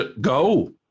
Go